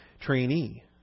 trainee